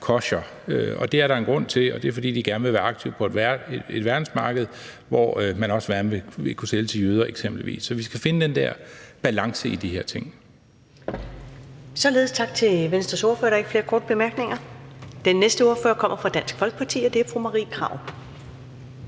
kosher, og det er der en grund til, og det er, fordi de gerne vil være aktive på et verdensmarked, hvor de også gerne vil kunne sælge til eksempelvis jøder. Så vi skal finde den der balance i de her ting. Kl. 14:07 Første næstformand (Karen Ellemann): Således tak til Venstres ordfører. Der er ikke flere korte bemærkninger. Den næste ordfører kommer fra Dansk Folkeparti, og det er fru Marie Krarup.